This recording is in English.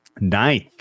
ninth